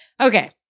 Okay